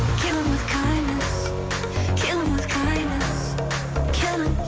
kill em with kindness kill em with kindness kill em,